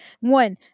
One